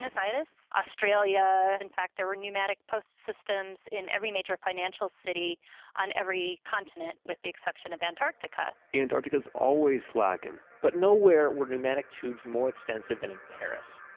australia. in fact, there were pneumatic post systems in every major financial city on every continent with the exception of antartica antartica is always slacking! but nowhere were pneumatic tubes more extensive than in paris.